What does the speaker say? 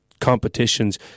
competitions